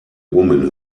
woman